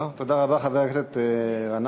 תודה רבה, חבר הכנסת גנאים.